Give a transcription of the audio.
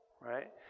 right